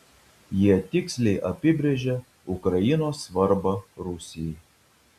jie tiksliai apibrėžia ukrainos svarbą rusijai